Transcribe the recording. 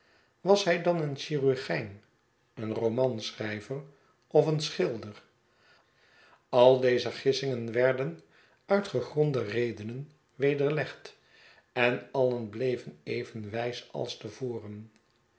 was hij dan een chirurgijn een romanschrijver of een schilder al deze gissingen werden uit gegronde redenen wederlegd en alien bleven even wijs als